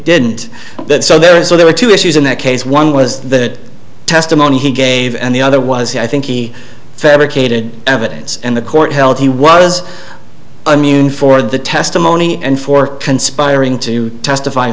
didn't so there is there are two issues in that case one was that testimony he gave and the other was he i think he fabricated evidence and the court held he was immune for the testimony and for conspiring to testify